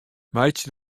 meitsje